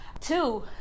Two